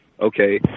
Okay